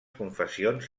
confessions